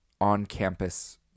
on-campus